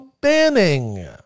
banning